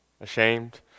ashamed